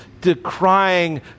decrying